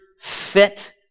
fit